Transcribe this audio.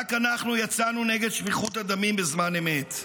רק אנחנו יצאנו נגד שפיכות הדמים בזמן אמת.